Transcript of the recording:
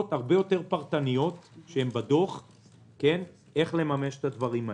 הרבה יותר פרטניות איך לממש את הדברים האלה.